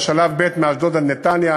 בשלב ב' מאשדוד עד נתניה.